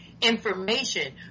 information